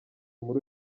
muri